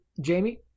Jamie